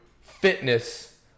fitness